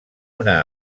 una